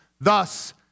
Thus